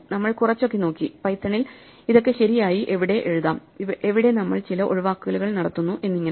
നമ്മൾ കുറച്ചൊക്കെ നോക്കി പൈത്തനിൽ ഇതൊക്കെ ശരിയായി എവിടെ എഴുതാം എവിടെ നമ്മൾ ചില ഒഴിവാക്കലുകൾ നടത്തുന്നു എന്നിങ്ങനെ